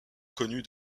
connue